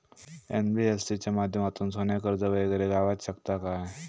NBFC च्या माध्यमातून सोने कर्ज वगैरे गावात शकता काय?